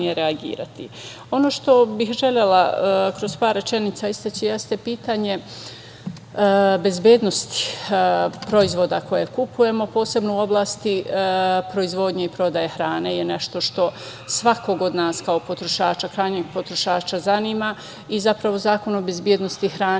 što bih želela kroz par rečenica istaći jeste pitanje bezbednosti proizvoda koje kupujemo, posebno u oblasti proizvodnje i prodaje hrane je nešto što svakog od nas kao potrošača krajnjeg potrošača zanima i zapravo Zakon o bezbednosti hrane